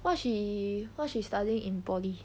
what she what she studying in poly